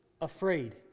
afraid